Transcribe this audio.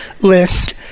list